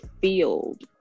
field